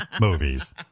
movies